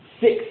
six